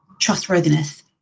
Trustworthiness